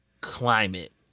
climate